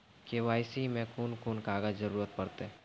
KYC मे कून कून कागजक जरूरत परतै?